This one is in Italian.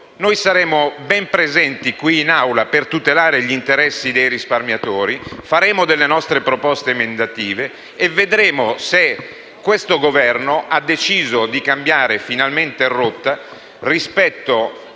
noi saremo ben presenti qui in Aula per tutelare gli interessi dei risparmiatori, faremo nostre proposte emendative e vedremo se questo Governo ha deciso di cambiare finalmente rotta rispetto